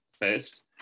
first